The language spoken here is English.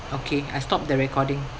okay I stop the recording